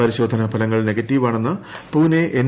പരിശോധനാ ഫലങ്ങൾ നെഗറ്റീവാണെന്ന് പൂനെ എൻ